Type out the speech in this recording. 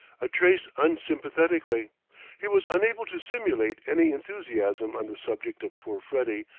a trace unsympathetically he was unable to simulate any enthusiasm on the subject of poor freddie,